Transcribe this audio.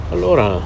allora